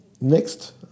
next